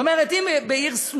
זאת אומרת, אם בעיר סמוכה